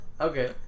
Okay